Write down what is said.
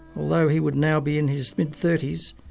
although he would now be in his mid thirty s,